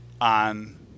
on